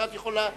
את יכולה להרחיב.